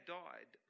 died